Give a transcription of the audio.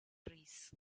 trees